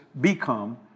become